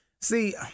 See